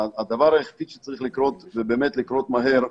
הדבר היחידי שצריך לקרות, ובאמת לקרות מהר,